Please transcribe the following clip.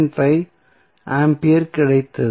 5 ampere கிடைத்தது